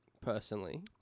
personally